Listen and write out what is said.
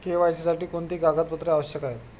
KYC साठी कोणती कागदपत्रे आवश्यक आहेत?